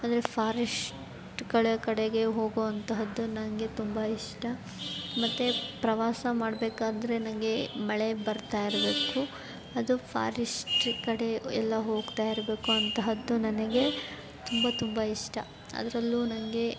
ಅಂದರೆ ಫಾರೆಶ್ಟ್ಗಳ ಕಡೆಗೆ ಹೋಗೋ ಅಂತಹದ್ದು ನನಗೆ ತುಂಬ ಇಷ್ಟ ಮತ್ತೆ ಪ್ರವಾಸ ಮಾಡಬೇಕಾದ್ರೆ ನನಗೆ ಮಳೆ ಬರ್ತಾಯಿರ್ಬೇಕು ಅದು ಫಾರೆಶ್ಟ್ ಕಡೆ ಎಲ್ಲ ಹೋಗ್ತಾಯಿರ್ಬೇಕು ಅಂತಹದ್ದು ನನಗೆ ತುಂಬ ತುಂಬ ಇಷ್ಟ ಅದರಲ್ಲೂ ನನಗೆ